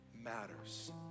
matters